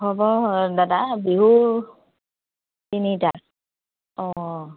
হ'ব দাদা বিহু তিনিটা অঁ